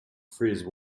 freeze